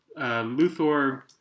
Luthor